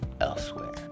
elsewhere